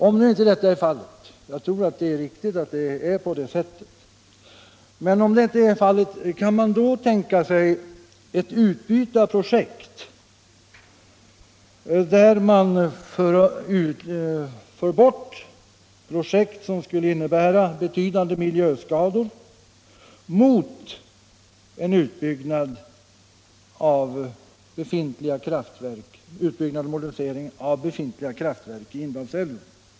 Om nu inte detta är fallet — jag tror att det är på det sättet — kan man då tänka sig ett utbyte av projekt där man avför sådana projekt som skulle innebära betydande miljöskador och i stället satsar på en utbyggnad och modernisering av befintliga kraftverk i Indalsälven?